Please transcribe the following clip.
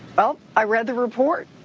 well, i read the report.